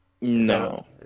No